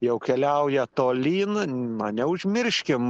jau keliauja tolyn na neužmirškim